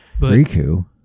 Riku